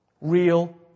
Real